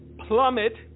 plummet